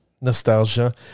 nostalgia